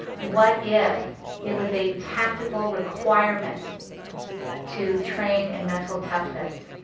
what if it was a tactical requirement to train and mental toughness,